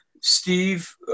Steve